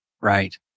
Right